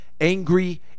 Angry